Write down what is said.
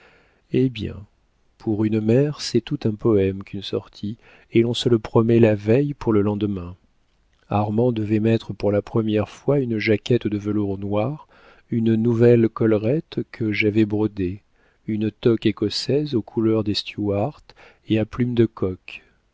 eh bien pour une mère c'est tout un poème qu'une sortie et l'on se le promet la veille pour le lendemain armand devait mettre pour la première fois une jaquette de velours noir une nouvelle collerette que j'avais brodée une toque écossaise aux couleurs des stuarts et à plumes de coq